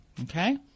Okay